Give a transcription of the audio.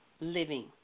living